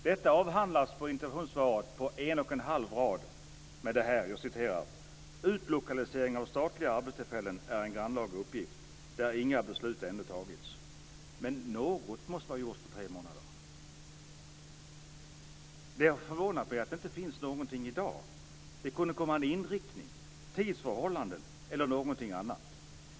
Detta avhandlas i interpellationssvaret på en och en halv rad: "Utlokaliseringen av statliga arbetstillfällen är en grannlaga uppgift, där inga beslut ännu tagits." Men något måste man ju ha gjort på tre månader? Det förvånar mig att det inte finns någonting i dag. Det kunde presenteras en inriktning, tidpunkter eller någonting annat.